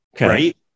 right